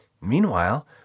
Meanwhile